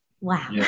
Wow